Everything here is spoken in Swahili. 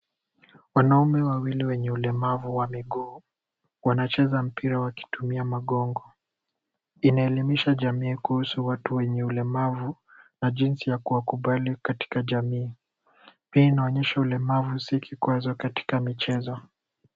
Wanaume wawili wenye ulemavu wa mguu wanacheza mpira wakitumia magongo. Inaelimisha jamii kuhusu watu wenye ulemavu na jinsi ya kuwakubali katika jamii. Pia inaonyesha ulemavu si kikwazo katika michezo.